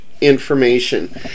information